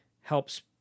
helps